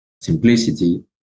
simplicity